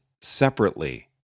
separately